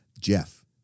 Jeff